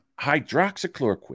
hydroxychloroquine